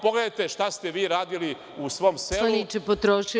Pogledajte šta ste vi radili u svom selu.